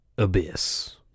Abyss